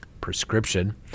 prescription